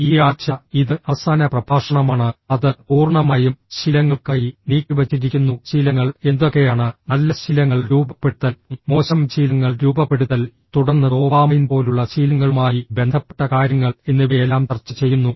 ഈ ആഴ്ച ഇത് അവസാന പ്രഭാഷണമാണ് അത് പൂർണ്ണമായും ശീലങ്ങൾക്കായി നീക്കിവച്ചിരിക്കുന്നു ശീലങ്ങൾ എന്തൊക്കെയാണ് നല്ല ശീലങ്ങൾ രൂപപ്പെടുത്തൽ മോശം ശീലങ്ങൾ രൂപപ്പെടുത്തൽ തുടർന്ന് ഡോപാമൈൻ പോലുള്ള ശീലങ്ങളുമായി ബന്ധപ്പെട്ട കാര്യങ്ങൾ എന്നിവയെല്ലാംചർച്ച ചെയ്യുന്നു